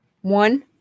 One